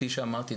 כפי שאמרתי,